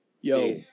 Yo